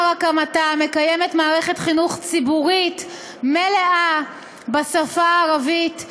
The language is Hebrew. ומשחר הקמתה מקיימת מערכת חינוך ציבורית מלאה בשפה הערבית,